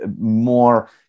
more